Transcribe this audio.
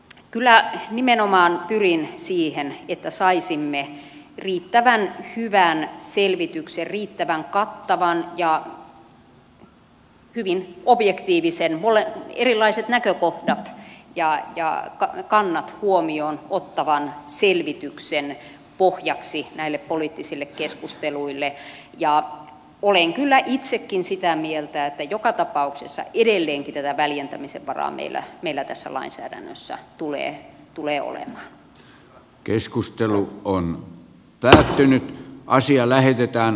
kyllä nimenomaan pyrin siihen että saisimme riittävän hyvän selvityksen riittävän kattavan ja hyvin objektiivisen erilaiset näkökohdat ja kannat huomioon ottavan selvityksen pohjaksi näille poliittisille keskusteluille ja olen kyllä itsekin sitä mieltä että joka tapauksessa edelleenkin tätä väljentämisen varaa meillä tässä lainsäädännössä tulee olemaan